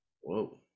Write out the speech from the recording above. Whoa